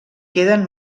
queden